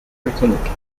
britannique